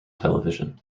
television